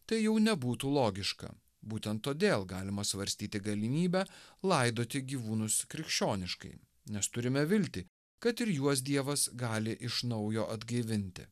tai jau nebūtų logiška būtent todėl galima svarstyti galimybę laidoti gyvūnus krikščioniškai nes turime viltį kad ir juos dievas gali iš naujo atgaivinti